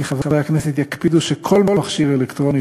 כי חברי הכנסת יקפידו שכל מכשיר אלקטרוני